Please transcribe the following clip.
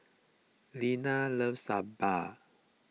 Linna loves Sambar